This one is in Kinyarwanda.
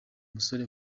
musore